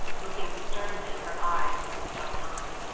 looking sternly, her eyes fixed on mine.